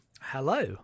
Hello